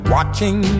Watching